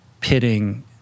pitting